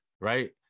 right